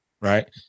Right